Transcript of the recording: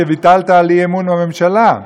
שביטלת אי-אמון בממשלה.